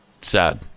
Sad